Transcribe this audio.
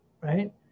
right